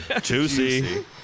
Juicy